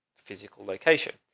physical location.